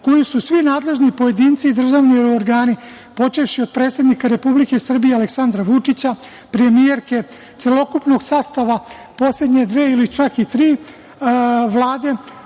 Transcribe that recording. koju su svi nadležni pojedinci i državni organi počevši od predsednika Republike Srbije, Aleksandra Vučića, premijerke, celokupnog sastava poslednje dve ili čak i tri vlade,